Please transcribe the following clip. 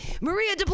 Maria